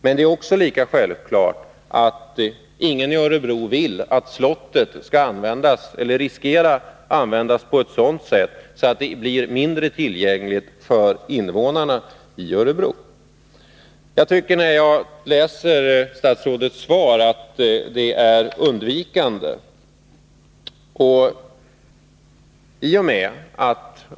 Men det är också uppenbart att ingen i Örebro vill att slottet skall användas på ett sådant sätt att det blir mindre tillgängligt för invånarna i Örebro. Jag tycker att statsrådets svar är undvikande.